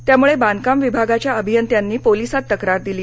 त्यामुळे बांधकाम विभागाच्या अभियंत्यांनी पोलिसांत तक्रार दिली